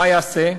מה יעשה?